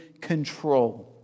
control